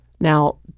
Now